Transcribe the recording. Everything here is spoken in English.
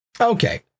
Okay